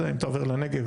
אם אתה עובר לנגב.